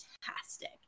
fantastic